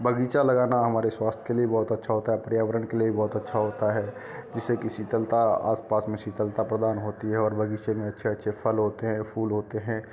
बगीचा लगाना हमारे स्वास्थ्य के लिए बहुत अच्छा होता है पर्यावरण के लिए बहुत अच्छा होता है जिससे किसी शीतलता आसपास में शीतलता प्रदान होती है और बगीचे में अच्छे अच्छे फल होते हैं फूल होते हैं